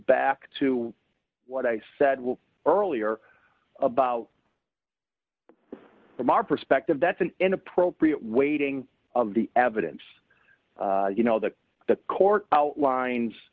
back to what i said will earlier about from our perspective that's an inappropriate weighting of the evidence you know that the court outlines